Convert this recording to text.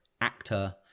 actor